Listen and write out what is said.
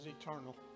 eternal